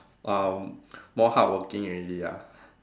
um more hardworking already ah